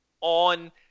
on